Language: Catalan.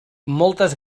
moltes